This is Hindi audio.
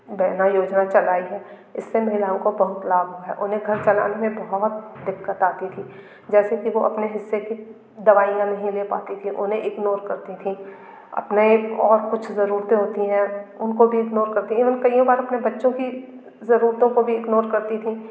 बहना योजना चलाई है इससे महिलाओं को बहुत लाभ हुआ है उन्हें घर चलाने में बहुत दिक्कत आती थी जैसे की वह अपने हिस्से कि दवाइयाँ नहीं ले पाती थीं उन्हें इग्नोर करती थीं अपने एक और कुछ ज़रूरतें होती हैं उनको भी इग्नोर करती हैं इन उन कइयों बार अपने बच्चों की ज़रूरतों को भी इग्नोर करती थीं